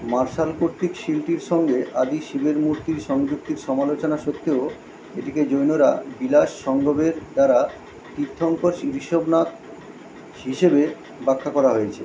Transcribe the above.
martial কর্তৃক সিলটির সঙ্গে আদি শিবের মূর্তির সংযুক্তির সমালোচনা সত্ত্বেও এটিকে জৈনরা বিলাস সঙ্গভের দ্বারা তীর্থঙ্কর শ্রী ঋষভনাথ হিসেবে ব্যাখ্যা করা হয়েছে